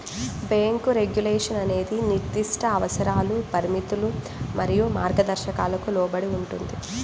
bank regulation అనేది నిర్దిష్ట అవసరాలు, పరిమితులు మరియు మార్గదర్శకాలకు లోబడి ఉంటుంది,